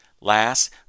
Last